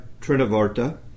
trinavarta